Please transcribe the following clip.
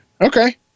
Okay